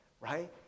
right